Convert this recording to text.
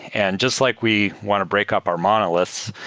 and just like we want to break up our monoliths,